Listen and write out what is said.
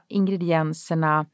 ingredienserna